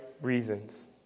reasons